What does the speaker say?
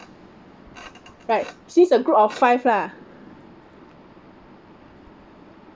right since a group of five lah